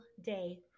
day